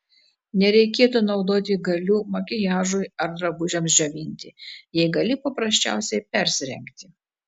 nereikėtų naudoti galių makiažui ar drabužiams džiovinti jei gali paprasčiausiai persirengti